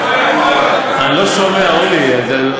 אני לא שומע, אורלי.